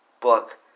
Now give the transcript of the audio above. book